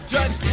Judge